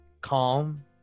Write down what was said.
calm